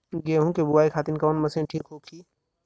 गेहूँ के बुआई खातिन कवन मशीन ठीक होखि?